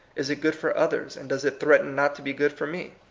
is it good for others, and does it threaten not to be good for me?